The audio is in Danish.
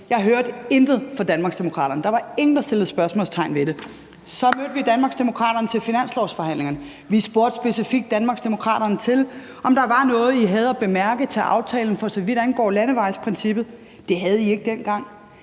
Jeg hørte intet fra Danmarksdemokraterne. Der var ingen, der satte spørgsmålstegn ved det. Så mødte vi Danmarksdemokraterne til finanslovsforhandlingerne. Vi spurgte specifikt jer i Danmarksdemokraterne til, om der var noget, I havde at bemærke til aftalen, for så vidt angår landevejsprincippet. Det havde I ikke dengang.